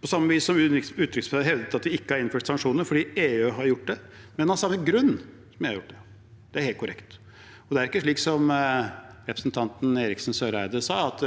på samme vis som utenriksministeren hevdet at det ikke er innført sanksjoner, fordi EU har gjort det, men av samme grunn som EU. Det er helt korrekt. Det er ikke slik som representanten Eriksen Søreide sa, at